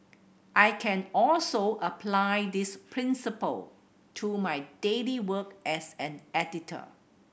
I can also apply this principle to my daily work as an editor